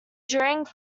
during